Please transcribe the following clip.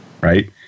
right